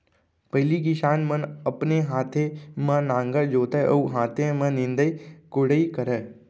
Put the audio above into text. पहिली किसान मन अपने हाथे म नांगर जोतय अउ हाथे म निंदई कोड़ई करय